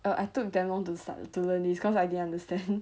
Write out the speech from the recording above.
err I took damn long to start to learn this cause I didn't understand